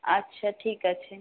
আচ্ছা ঠিক আছে